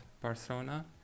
Barcelona